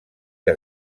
que